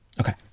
Okay